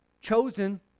chosen